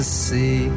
see